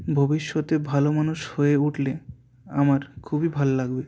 ভবিষ্যতে ভালো মানুষ হয়ে উঠলে আমার খুবই ভাল লাগবে